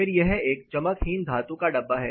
फिर यह एक चमकहीन धातु का डब्बा है